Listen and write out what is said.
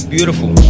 Beautiful